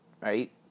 right